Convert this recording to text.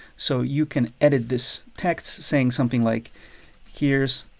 so you can edit this text saying something like here's